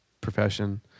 profession